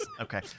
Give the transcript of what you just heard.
Okay